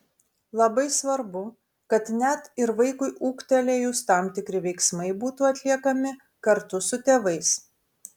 labai svarbu kad net ir vaikui ūgtelėjus tam tikri veiksmai būtų atliekami kartu su tėvais